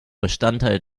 bestandteil